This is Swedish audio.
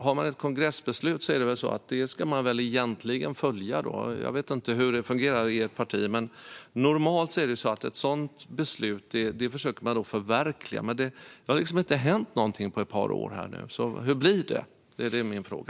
Har man ett kongressbeslut ska man väl egentligen följa det. Jag vet inte hur det fungerar i ert parti, men normalt försöker man förverkliga ett sådant beslut. Det har dock inte hänt någonting på ett par år. Hur blir det? Det är min fråga.